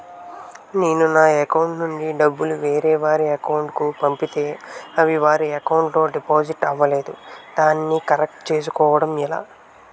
నేను నా అకౌంట్ నుండి డబ్బు వేరే వారి అకౌంట్ కు పంపితే అవి వారి అకౌంట్ లొ డిపాజిట్ అవలేదు దానిని కరెక్ట్ చేసుకోవడం ఎలా?